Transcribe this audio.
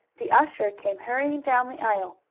the usher came hurrying down the aisle.